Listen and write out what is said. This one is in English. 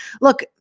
look